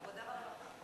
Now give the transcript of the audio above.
עבודה ורווחה.